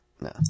No